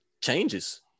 changes